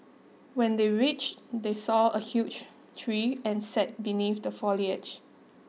when they reached they saw a huge tree and sat beneath the foliage